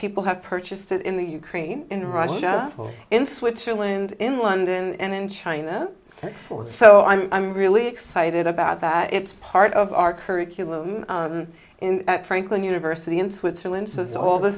people have purchased it in the ukraine in russia in switzerland in london and in china so i'm really excited about that it's part of our curriculum in franklin university in switzerland so it's all the